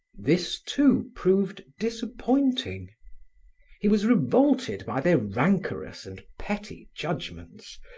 this, too, proved disappointing he was revolted by their rancorous and petty judgments,